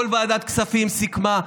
כל ועדת כספים סיכמה,